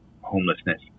homelessness